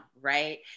right